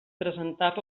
presentar